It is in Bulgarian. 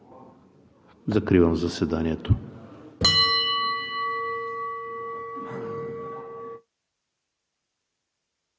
Закривам заседанието.